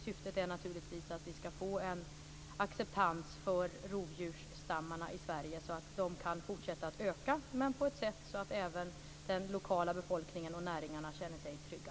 Syftet är naturligtvis att vi skall få en acceptans för rovdjursstammarna i Sverige så att de kan fortsätta att öka, men på ett sätt som gör att även den lokala befolkningen och näringarna känner sig trygga.